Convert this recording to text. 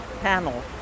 panel